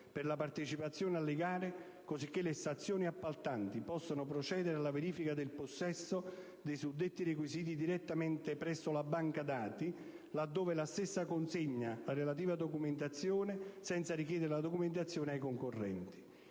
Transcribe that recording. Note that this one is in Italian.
per la partecipazione alle gare, cosicché le stazioni appaltanti possano procedere alla verifica del possesso dei suddetti requisiti direttamente presso la Banca dati, laddove la stessa contenga la relativa documentazione, senza richiedere la documentazione ai concorrenti.